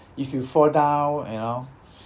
if you fall down you know